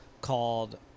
called